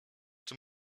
czy